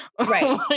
Right